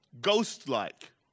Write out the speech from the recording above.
Ghost-like